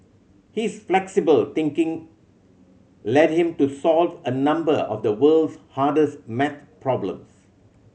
his flexible thinking led him to solve a number of the world's hardest maths problems